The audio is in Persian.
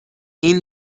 این